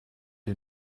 ihr